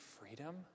freedom